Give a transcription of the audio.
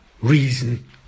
reason